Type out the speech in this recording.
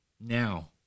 now